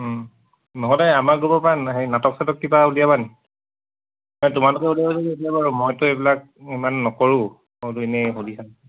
নহ'লে আমাৰ গ্ৰপৰ পৰা সেই নাটক চাটক কিবা উলিয়াবানি তোমালোকে বাৰু মইতো এইবিলাক ইমান নকৰোঁতো এনেই